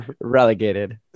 relegated